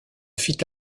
fit